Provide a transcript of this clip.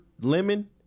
lemon